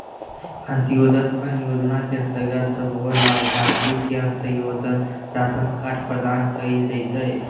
अंत्योदय अन्न योजना के अंतर्गत सभे लाभार्थि के अंत्योदय राशन कार्ड प्रदान कइल जयतै